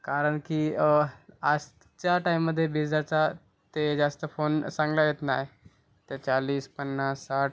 कारण की आजच्या टाईममध्ये वीजाचा ते जास्त फोन चांगला आहेत नाही ते चाळीस पन्नास साठ